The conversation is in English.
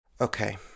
Okay